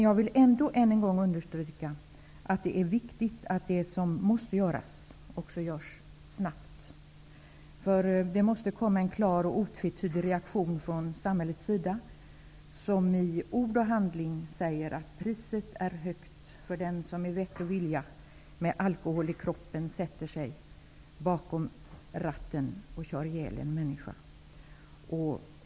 Jag vill ändå än en gång understryka att det är viktigt att det som måste göras också görs snabbt. Det måste komma en klar och otvetydig reaktion från samhällets sida, som i ord och handling säger att priset är högt för den som med vett och vilja, med alkohol i kroppen sätter sig bakom ratten och kör ihjäl en människa.